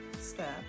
Step